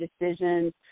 decisions